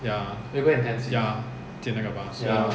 ya ya 建那个 bus so